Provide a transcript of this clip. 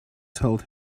told